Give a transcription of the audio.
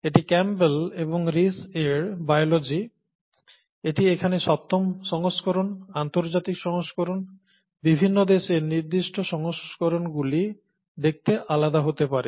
এটি Campbell এবং Reece এর "Biology" এটি এখানে সপ্তম সংস্করণ আন্তর্জাতিক সংস্করণ বিভিন্ন দেশের নির্দিষ্ট সংস্করণগুলি দেখতে আলাদা হতে পারে